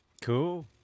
Cool